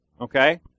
Okay